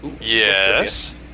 Yes